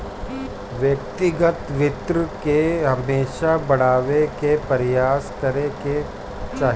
व्यक्तिगत वित्त के हमेशा बढ़ावे के प्रयास करे के चाही